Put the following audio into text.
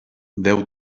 deu